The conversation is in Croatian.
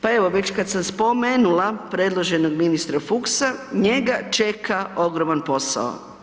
Pa evo već kada sam spomenula predloženog ministra Fuchsa njega čeka ogroman posao.